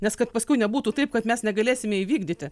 nes kad paskui nebūtų taip kad mes negalėsime įvykdyti